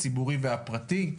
הציבורי והפרטי.